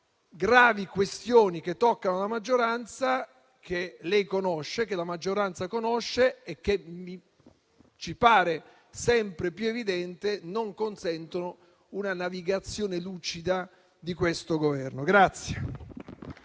gravi questioni che toccano la maggioranza, che la maggioranza conosce e che ci pare sempre più evidente non consentono una navigazione lucida di questo Governo.